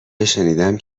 هاشنیدم